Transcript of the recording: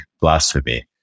blasphemy